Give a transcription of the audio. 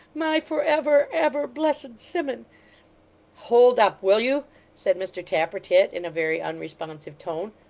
my for ever, ever blessed simmun hold up, will you said mr tappertit, in a very unresponsive tone,